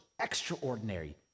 extraordinary